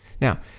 Now